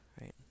right